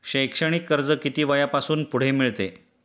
शैक्षणिक कर्ज किती वयापासून पुढे मिळते?